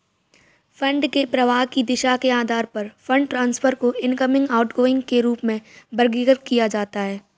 fund के प्रवाह की दिशा के आधार पर फंड ट्रांसफर को इनकमिंग, आउटगोइंग के रूप में वर्गीकृत किया जाता है